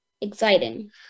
exciting